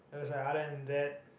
I was like other than that